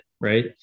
right